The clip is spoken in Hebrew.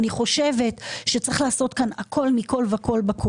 אני חושבת שצריך לעשות כאן הכול מכל וכל וכל.